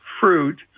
fruit